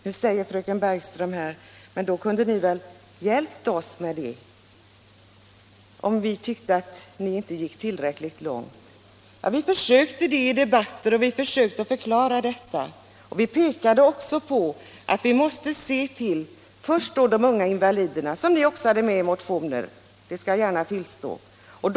Nu säger fröken Bergström: ”Ni kunde ha hjälpt oss med det, om ni inte tyckte att vi gick tillräckligt långt i dessa motioner.” Ja, vi försökte göra det i debatten. Vi pekade också på att man först måste se till de unga invaliderna, som, det skall jag gärna tillstå, ni hade tagit med i motionerna.